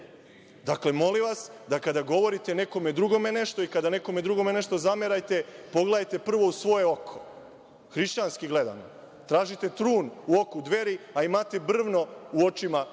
svetu. Dakle, molim vas da kada govorite nekome drugome nešto i kada nekome drugome nešto zamerate, pogledajte prvo u svoje oko, hrišćanski gledano, tražite trn u oku Dveri, a imate brvno u očima SNS